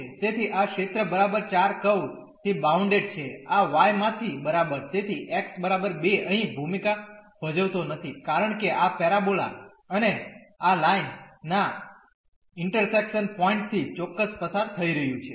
તેથી આ ક્ષેત્ર બરાબર ચાર કર્વ થી બાઉન્ડેડ છે આ y માંથી બરાબર તેથી x બરાબર 2 અહીં ભૂમિકા ભજવતો નથી કારણ કે આ પેરાબોલા અને આ લાઇન ના ઇન્ટરસેક્શન પોઈન્ટ થી ચોક્કસ પસાર થઈ રહ્યું છે